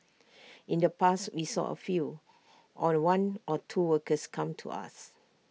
in the past we saw A few or one or two workers come to us